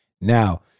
now